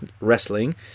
wrestling